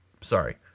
Sorry